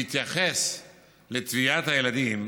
בהתייחס לטביעת הילדים,